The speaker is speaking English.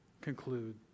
conclude